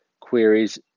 queries